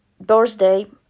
Birthday